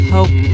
Hope